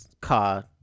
car